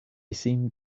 seemed